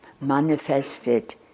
manifested